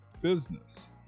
business